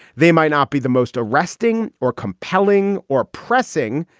they might not be the most arresting or compelling or pressing.